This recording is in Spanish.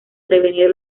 prevenir